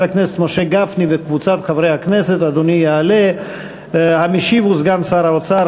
אושרה בקריאה טרומית ותועבר להכנה לקריאה ראשונה בוועדת העבודה,